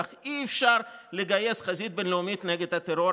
כך אי-אפשר לגייס חזית בין-לאומית נגד הטרור.